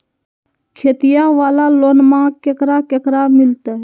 खेतिया वाला लोनमा केकरा केकरा मिलते?